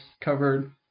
covered